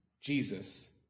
Jesus